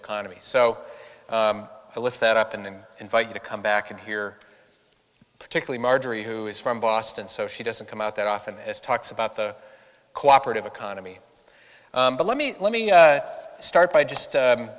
economy so to lift that up and invite you to come back in here particularly marjorie who is from boston so she doesn't come out that often as talks about the cooperative economy but let me let me start by just